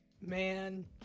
man